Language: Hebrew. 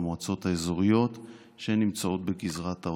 למועצות האזוריות שנמצאות בגזרת העוטף: